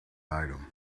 item